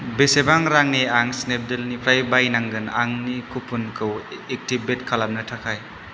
बेसेबां रांनि आं स्नेपडिलनिफ्राय बायनांगोन आंनि कुपनखौ एक्टिभेट खालामनो थाखाय